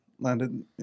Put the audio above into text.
landed